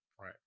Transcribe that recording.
Right